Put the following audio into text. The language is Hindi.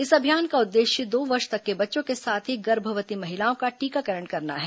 इस अभियान का उद्देश्य दो वर्ष तक के बच्चों के साथ ही गर्भवती महिलाओं का टीकाकरण करना है